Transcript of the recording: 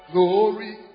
Glory